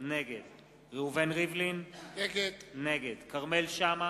נגד ראובן ריבלין, נגד כרמל שאמה,